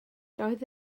doedd